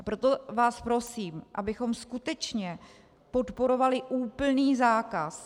Proto vás prosím, abychom skutečně podporovali úplný zákaz.